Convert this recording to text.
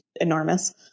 enormous